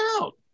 out